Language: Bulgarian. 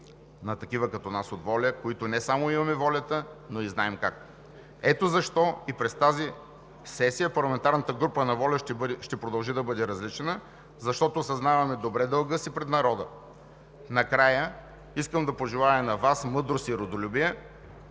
на такива като нас от „Воля“, които не само имаме волята, но и знаем как. Ето защо и през тази сесия парламентарната група на „Воля“ ще продължи да бъде различна, защото осъзнаваме добре дълга си пред народа. Накрая искам да пожелая на Вас мъдрост и родолюбие,